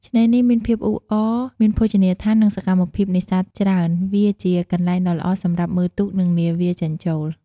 ឆ្នេរនេះមានភាពអ៊ូអរ មានភោជនីយដ្ឋាន និងសកម្មភាពនេសាទច្រើន វាជាកន្លែងដ៏ល្អសម្រាប់មើលទូក និងនាវាចេញចូល។